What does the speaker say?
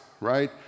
right